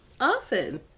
often